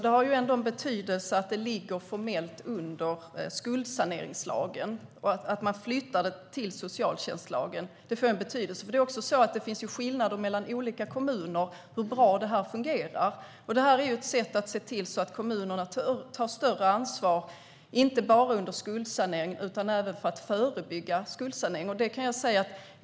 Det har betydelse att detta formellt ligger under skuldsaneringslagen. Att man flyttar det till socialtjänstlagen får betydelse. Det finns skillnader mellan olika kommuner hur bra detta fungerar. Det här är ett sätt att se till att kommunerna tar ett större ansvar, inte bara under skuldsaneringen utan även för att förebygga skuldsanering.